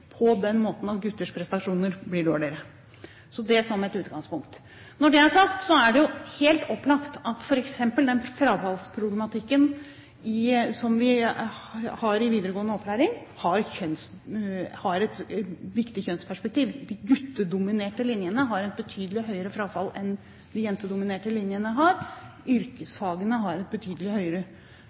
på den måten at forskjellen mellom gutter og jenter er at gutters prestasjoner blir dårligere; det som et utgangspunkt. Når et er sagt, vil jeg si at det er jo helt opplagt at f.eks. den frafallsproblematikken som vi har i videregående opplæring, har et viktig kjønnsperspektiv. De guttedominerte linjene har et betydelig høyere frafall enn de jentedominerte linjene. Yrkesfagene har et betydelig høyere